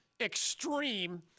extreme